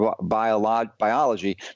biology